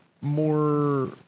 more